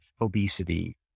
obesity